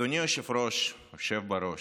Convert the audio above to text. אדוני היושב-ראש היושב בראש,